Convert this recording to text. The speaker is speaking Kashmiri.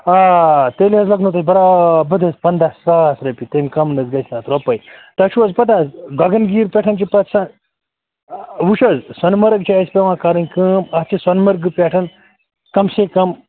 آ تیٚلہِ حظ لَگنو تۄہہِ بَرابَد حظ پنٛداہ ساس رۄپیہِ تَمہِ کَم نہٕ حظ گژھِ نہٕ اَتھ رۄپَے تۄہہِ چھُو حظ پَتَہ گَگَنگیٖر پٮ۪ٹھ چھِ پَتہٕ وٕچھ حظ سۄنمَرٕگ چھِ اَسہِ پٮ۪وان کَرٕنۍ کٲم اَتھ چھِ سۄنمَرگہٕ پٮ۪ٹھ کَم سے کَم